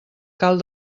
cal